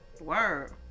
Word